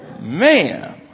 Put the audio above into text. Man